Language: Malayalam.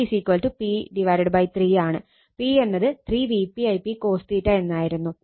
p എന്നത് 3 Vp Ip cos ആയിരുന്നു